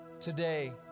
Today